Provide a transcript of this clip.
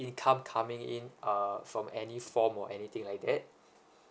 income coming in uh from any form or anything like that